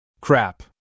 Crap